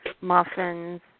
muffins